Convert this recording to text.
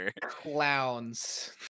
Clowns